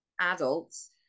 adults